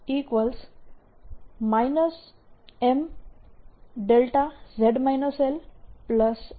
M Mδz LMδ લખી શકું છું